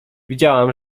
widziałem